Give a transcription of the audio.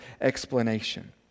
explanation